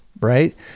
right